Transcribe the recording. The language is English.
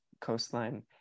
coastline